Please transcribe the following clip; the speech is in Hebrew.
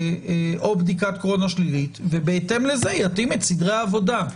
או בדיקת קורונה שלילית ובהתאם לזה יתאים את סדרי העבודה.